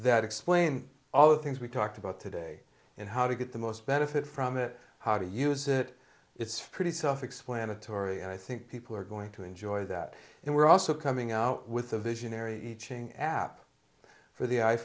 that explain all the things we talked about today and how to get the most benefit from it how to use it it's pretty self explanatory and i think people are going to enjoy that and we're also coming out with a visionary iching app for the i